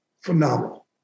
phenomenal